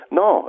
no